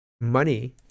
money